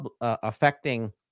affecting